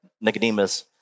Nicodemus